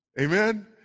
amen